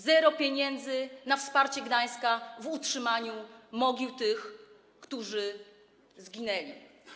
Zero pieniędzy na wsparcie Gdańska w utrzymaniu mogił tych, którzy zginęli.